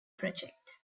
project